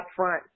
upfront